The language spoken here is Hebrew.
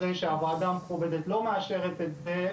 אחרי שהוועדה המכובדת לא מאשרת את זה,